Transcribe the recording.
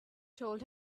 told